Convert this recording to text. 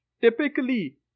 typically